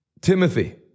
Timothy